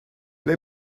ble